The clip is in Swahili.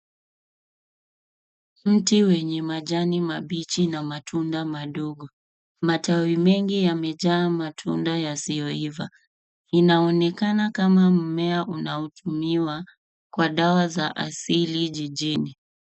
Mti wenye majani mabichi na matunda madogo, machache yenye rangi ya kijani, unaonekana kama mmea unaotumika kwa dawa asili mjini.